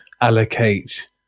allocate